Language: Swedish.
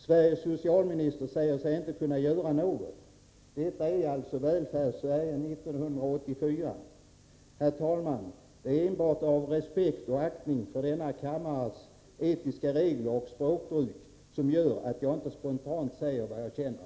Sveriges socialminister säger sig inte kunna göra något. Detta är alltså Välfärdssverige 1984. Herr talman! Det är enbart av respekt och aktning för denna kammares etiska regler och det språkbruk som här gäller som gör att jag inte spontant säger vad jag känner.